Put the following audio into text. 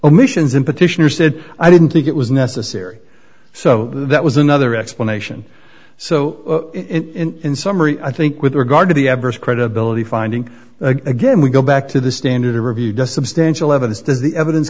omissions in petitioner said i didn't think it was necessary so that was another explanation so in summary i think with regard to the adverse credibility finding again we go back to the standard of review does substantial evidence does the evidence